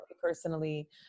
personally